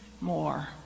more